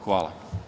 Hvala.